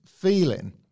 feeling